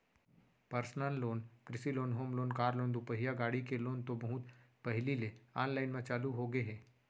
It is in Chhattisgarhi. पर्सनल लोन, कृषि loan, home loan, car loan, दुपहिया गाड़ी के लोन तो बहुत पहिली ले आनलाइन म चालू होगे हे